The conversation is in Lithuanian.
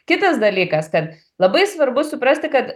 kitas dalykas kad labai svarbu suprasti kad